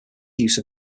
use